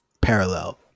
parallel